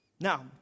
Now